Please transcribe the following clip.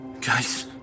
Guys